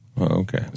Okay